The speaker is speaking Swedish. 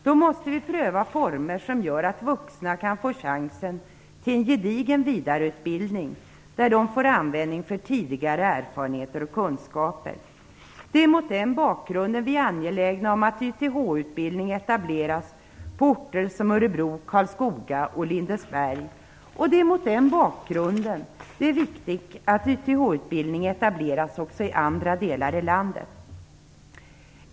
Då måste vi pröva former som gör att vuxna kan få chansen till en gedigen vidareutbildning där de får användning för tidigare erfarenheter och kunskaper. Det är mot den bakgrunden vi är angelägna om att YTH-utbildning etableras på orter som Örebro, Karlskoga och Lindesberg. Det är mot den bakgrunden det är viktigt att YTH-utbildning etableras också i andra delar av landet.